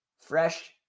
fresh